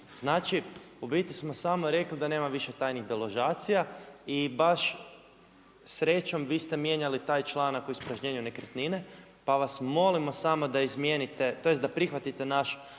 Znači, u biti smo samo rekli da nema više tajnih deložacija i baš srećom, vi ste mijenjali taj članak o ispražnjenju nekretnine, pa vas molimo samo da prihvatite naš